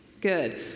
Good